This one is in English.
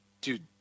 dude